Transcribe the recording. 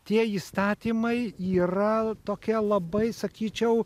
tie įstatymai yra tokie labai sakyčiau